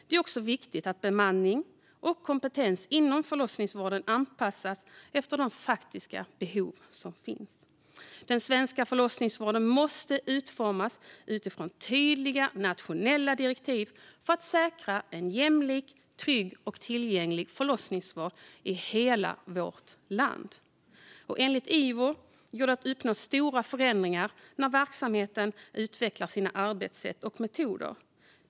Det är också viktigt att bemanning och kompetens inom förlossningsvården anpassas efter de faktiska behov som finns. Den svenska förlossningsvården måste utformas utifrån tydliga nationella direktiv för att säkra en jämlik, trygg och tillgänglig förlossningsvård i hela vårt land. Enligt Ivo går det att uppnå stora förändringar när verksamheterna utvecklar sina arbetssätt och metoder.